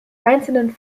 einzelnen